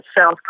South